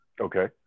Okay